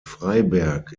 freiberg